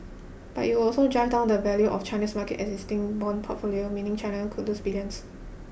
but it would also drive down the value of China's market existing bond portfolio meaning China could lose billions